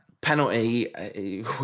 penalty